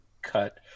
cut